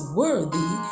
worthy